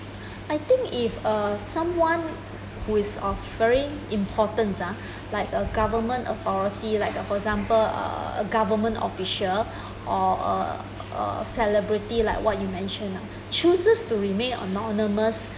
I think if uh someone who is uh very importance ah like a government authority like a for example uh a government official or a uh celebrity like you mention ah chooses to remain anonymous